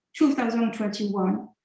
2021